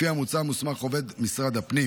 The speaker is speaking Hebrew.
לפי המוצע, עובד משרד הפנים